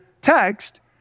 text